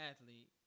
athlete